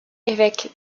évêque